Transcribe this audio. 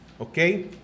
Okay